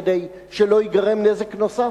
כדי שלא ייגרם נזק נוסף?